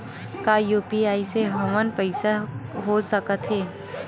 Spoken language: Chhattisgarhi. का यू.पी.आई से हमर पईसा हो सकत हे?